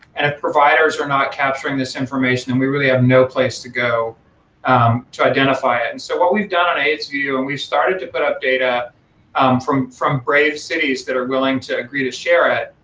and providers are not capturing this information. and we really have no place to go um to identify it. and so what we've done on aidsvu and we started to put up data from from brave cities that are willing to agree to share it,